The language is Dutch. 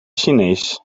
chinees